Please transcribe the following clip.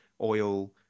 oil